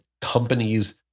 companies